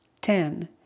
Ten